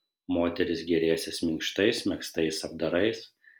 moterys gėrėsis minkštais megztais apdarais